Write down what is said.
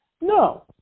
No